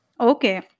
Okay